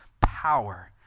power